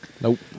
Nope